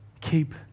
Keep